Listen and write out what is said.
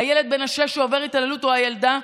הילד בן השש שעובר התעללות, או הילדה,